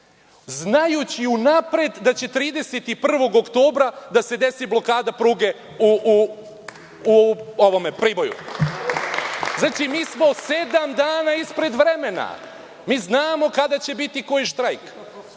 znajući unapred da će 31. oktobra da se desi blokada pruge u Priboju. Znači mi smo sedam dana ispred vremena, mi znamo kada će biti koji štrajk.